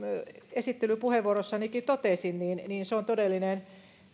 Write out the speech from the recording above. esittelypuheenvuorossanikin totesin se on todellinen